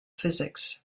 physics